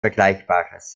vergleichbares